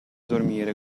dormire